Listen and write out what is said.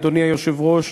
אדוני היושב-ראש,